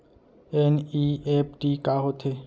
NEFT का होथे?